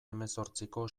hemezortziko